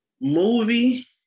Movie